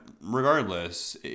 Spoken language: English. regardless